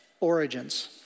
Origins